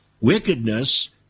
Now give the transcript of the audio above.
wickedness